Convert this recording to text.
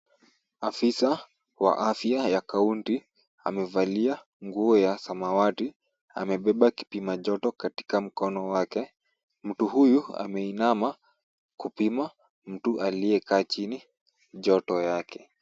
Afisa wa afya ya kaunti amevalia nguo ya samawati. Amebeba kipima joto katika mkono wake. Mtu huyu ameinama kupima mtu aliyekaa chini joto yake.